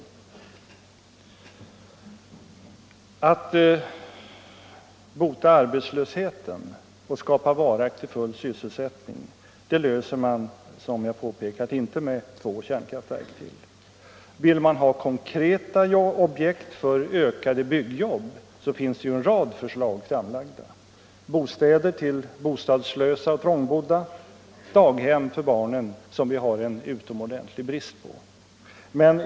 Problemet att bota arbetslösheten och skapa varaktig full sysselsättning löser man inte, som jag påpekat, med ytterligare två kärnkraftverk. Vill man ha konkreta objekt för ökade byggjobb finns ju en rad förslag framlagda: bostäder till bostadslösa och trångbodda, barndaghem, som det råder en utomordentlig brist på.